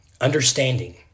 understanding